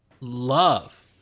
love